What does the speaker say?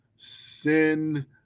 sin